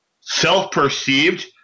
self-perceived